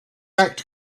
act